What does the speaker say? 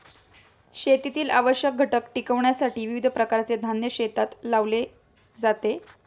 शेतीतील आवश्यक घटक टिकविण्यासाठी विविध प्रकारचे धान्य शेतात लावले जाते